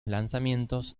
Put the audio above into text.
lanzamientos